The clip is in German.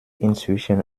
inzwischen